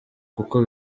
kuko